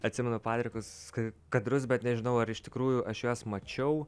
atsimenu padrikus ka kadrus bet nežinau ar iš tikrųjų aš juos mačiau